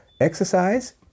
exercise